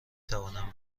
توانم